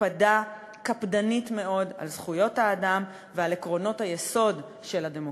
הקפדה קפדנית מאוד על זכויות האדם ועל עקרונות היסוד של הדמוקרטיה.